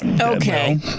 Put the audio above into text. Okay